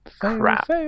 Crap